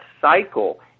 cycle